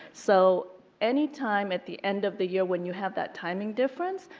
so any time at the end of the year where you have that timing difference,